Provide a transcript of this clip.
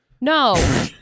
No